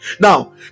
now